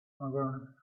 other